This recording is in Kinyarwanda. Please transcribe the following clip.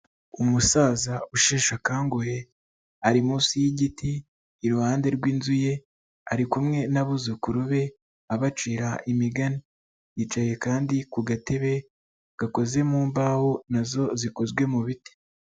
Umusaza usheshe akanguhe, ari munsi y'igiti iruhande rw'inzu ye ari kumwe n'abuzukuru be abacira imigani, yicaye kandi ku gatebe gakoze mu mbaho na zo zikozwe mu biti.